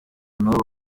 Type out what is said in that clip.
n’ubu